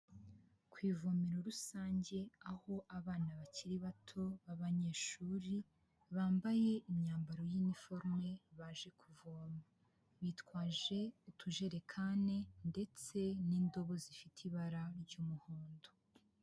Ku ivomero rusange, aho abana bakiri bato b'abanyeshuri, bambaye imyambaro y'iniforume baje kuvoma, bitwaje utujerekani ndetse n'indobo zifite ibara ry'umuhondo.